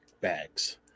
bags